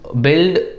build